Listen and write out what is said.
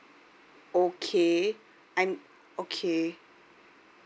okay I'm okay